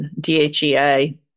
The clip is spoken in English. DHEA